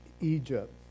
Egypt